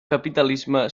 capitalisme